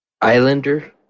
Islander